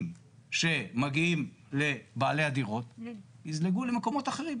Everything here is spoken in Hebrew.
שמגיעים לבעלי הדירות יזלגו למקומות אחרים.